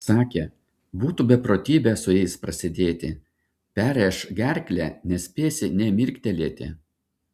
sakė būtų beprotybė su jais prasidėti perrėš gerklę nespėsi nė mirktelėti